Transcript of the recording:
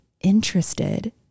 interested